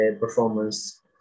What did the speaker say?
performance